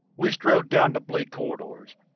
we strode down the bleak corridors.